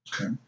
Okay